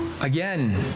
Again